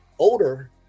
Older